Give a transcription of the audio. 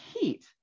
heat